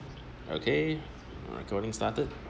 okay recording started